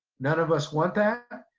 none of us want that,